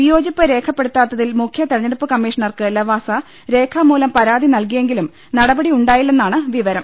വിയോജിപ്പ് രേഖപ്പെടുത്താത്തിൽ മുഖ്യതെര ഞ്ഞെടുപ്പ് കമ്മീഷണർക്ക് ലവാസ രേഖാമൂലം പരാതി നൽകി യെങ്കിലും നടപടി ഉണ്ടായില്ലെന്നാണ് വിവരം